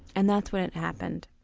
and that's when it happened.